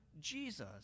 Jesus